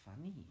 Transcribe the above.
funny